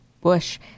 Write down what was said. Bush